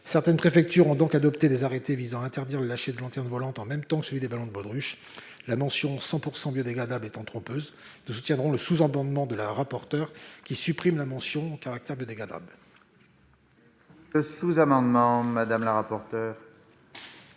Certaines préfectures ont donc adopté des arrêtés visant à interdire le lâcher de lanternes volantes en même temps que celui des ballons de baudruche. La mention « 100 % biodégradable » étant trompeuse, nous soutiendrons le sous-amendement de la rapporteure visant à supprimer la mention du caractère « non biodégradable » de ces lanternes volantes.